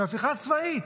זאת הפיכה צבאית.